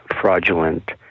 fraudulent